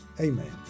amen